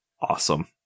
Awesome